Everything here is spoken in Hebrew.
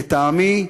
לטעמי,